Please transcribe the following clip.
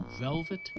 Velvet